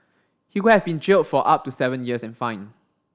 he could have been jailed for up to seven years and fined